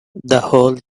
whole